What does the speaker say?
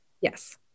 Yes